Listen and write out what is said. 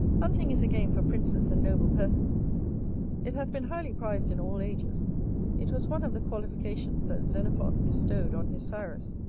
hunting is a game for princes and noble persons it hath been highly prized in all ages it was one of the qualifications that xenophon bestowed on his cyrus,